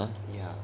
china